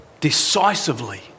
decisively